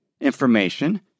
information